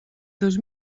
dos